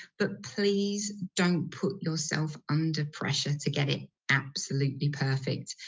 but please don't put yourself under pressure to get it absolutely perfect.